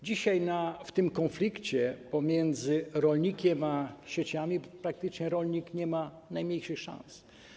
Dzisiaj w konflikcie pomiędzy rolnikiem a sieciami praktycznie rolnik nie ma najmniejszych szans.